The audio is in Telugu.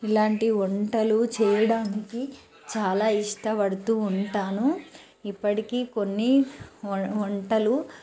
ఇలాంటి వంటలు చేయడానికి చాలా ఇష్టపడుతూ ఉంటాను ఇప్పటికీ కొన్ని వం వంటలు